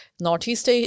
Northeast